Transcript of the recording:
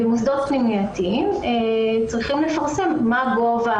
במוסדות פנימייתיים צריכים לפרסם מה גובה